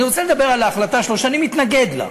אני רוצה לדבר על ההחלטה שלו, שאני מתנגד לה,